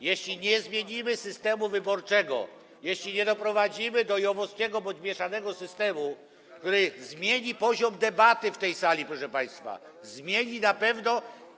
Jeśli nie zmienimy systemu wyborczego, jeśli nie doprowadzimy do JOW-owskiego bądź mieszanego systemu, który zmieni poziom debaty w tej sali, proszę państwa, zmieni na pewno.